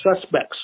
suspects